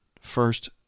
first